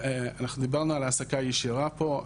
אנחנו דיברנו על העסקה ישירה פה.